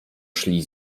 szli